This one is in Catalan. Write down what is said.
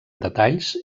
detalls